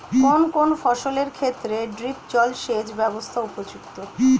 কোন কোন ফসলের ক্ষেত্রে ড্রিপ জলসেচ ব্যবস্থা উপযুক্ত?